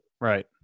Right